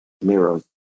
mirrors